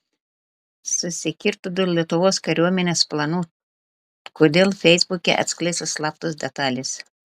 susikirto dėl lietuvos kariuomenės planų kodėl feisbuke atskleistos slaptos detalės